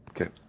Okay